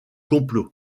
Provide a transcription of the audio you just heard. complot